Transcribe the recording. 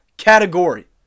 category